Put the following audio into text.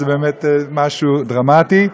זה באמת משהו דרמטי,